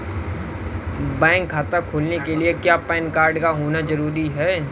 Bank खाता खोलने के लिए क्या पैन कार्ड का होना ज़रूरी है?